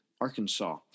arkansas